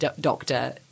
doctor